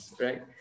right